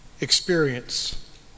experience